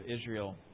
Israel